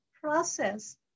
process